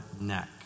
neck